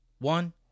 one